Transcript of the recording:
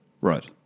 Right